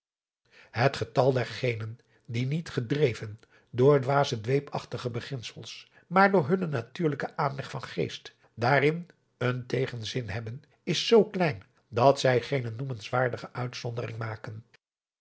het getal der genen die niet gedreven door dwaze dweepachtige beginsels maar door hunnen natuurlijken aanleg van geest daarin een tegenzin hebben is zoo klein dat zij geene noemenswaardige uitzondering maken